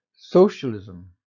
socialism